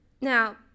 Now